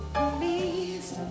please